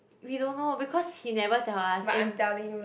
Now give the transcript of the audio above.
we don't know because he never tell us and